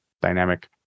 dynamic